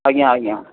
ଆଜ୍ଞା ଆଜ୍ଞା